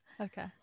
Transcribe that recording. Okay